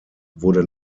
wurde